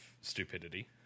stupidity